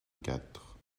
quatre